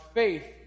faith